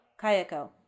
Kayako